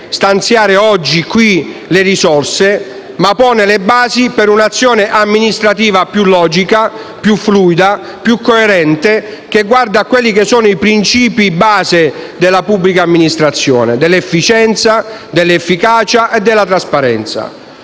stanziare oggi le risorse, ma pone le basi per un'azione amministrativa più logica, più fluida e più coerente, che guarda ai principi base della pubblica amministrazione che sono: l'efficienza, l'efficacia e la trasparenza.